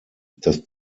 das